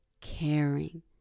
caring